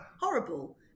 horrible